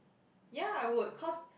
ya I would cause